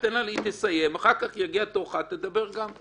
תן לה לסיים, ואחר כך כשיגיע תורך תדבר גם.